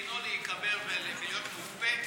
דינו להיקבר ולהיות מוקפא,